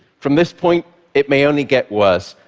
from this point, it may only get worse.